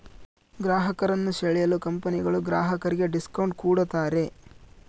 ಗ್ರಾಹಕರನ್ನು ಸೆಳೆಯಲು ಕಂಪನಿಗಳು ಗ್ರಾಹಕರಿಗೆ ಡಿಸ್ಕೌಂಟ್ ಕೂಡತಾರೆ